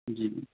جی جی